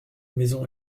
maison